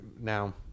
Now